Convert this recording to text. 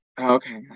Okay